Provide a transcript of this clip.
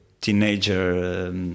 teenager